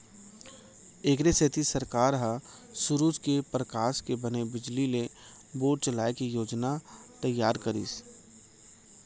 एखरे सेती सरकार ह सूरूज के परकास के बने बिजली ले बोर चलाए के योजना तइयार करिस